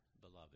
Beloved